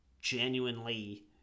genuinely